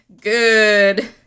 GOOD